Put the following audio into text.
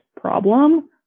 problem